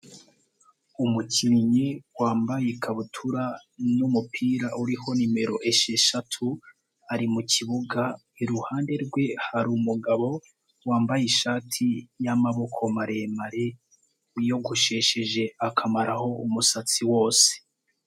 Umukinnyi wambaye ikabutura n'umupira uriho nimero esheshatu, ari mu kibuga iruhande rwe hari umugabo wambaye ishati y'amaboko maremare wiyogoshesheje akamaraho umusatsi wose.